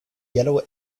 yellow